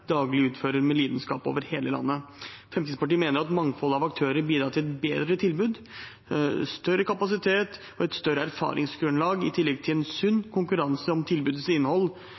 daglig utfører med lidenskap over hele landet. Fremskrittspartiet mener at mangfoldet av aktører bidrar til et bedre tilbud, større kapasitet og større erfaringsgrunnlag, i tillegg til en sunn konkurranse om tilbudets innhold,